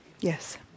yes